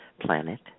planet